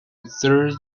third